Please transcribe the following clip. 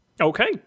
Okay